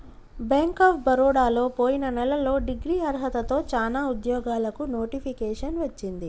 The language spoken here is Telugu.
బ్యేంక్ ఆఫ్ బరోడలో పొయిన నెలలో డిగ్రీ అర్హతతో చానా ఉద్యోగాలకు నోటిఫికేషన్ వచ్చింది